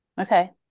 Okay